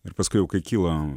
ir paskui jau kai kilo